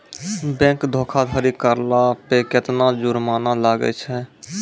Bank धोखाधड़ी करला पे केतना जुरमाना लागै छै?